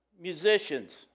musicians